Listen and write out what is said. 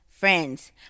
Friends